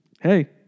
hey